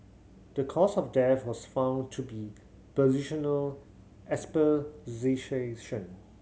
the cause of death was found to be positional